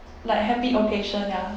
like happy occasion ya